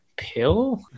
pill